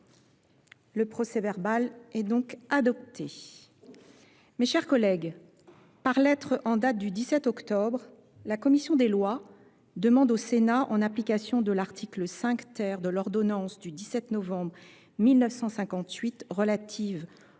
le procès verbal est donc adopté mes chers collègues par lettre en date du dix octobre la commission des lois demande au sénat en application de l'article cinq de l'ordonnance du dix sept novembre mille neuf